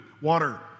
water